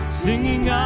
singing